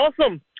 Awesome